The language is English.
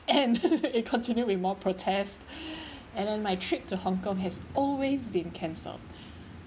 end it continue with more protest and then my trip to hong kong has always been cancelled